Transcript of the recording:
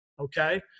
okay